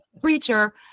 preacher